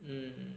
mm